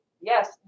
Yes